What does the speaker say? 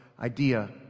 idea